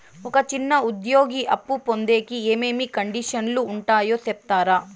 ఒక చిన్న ఉద్యోగి అప్పు పొందేకి ఏమేమి కండిషన్లు ఉంటాయో సెప్తారా?